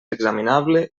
examinable